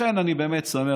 לכן אני באמת שמח.